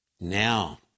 Now